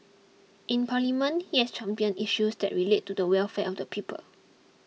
in parliament he has championed issues that relate to the welfare of the people